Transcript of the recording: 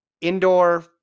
indoor